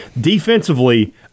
Defensively